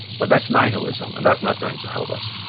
but that's nihilism, and that's not going to help us